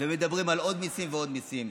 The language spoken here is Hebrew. ומדברים על עוד מיסים ועוד מיסים.